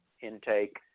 intake